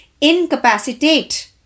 incapacitate